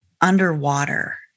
underwater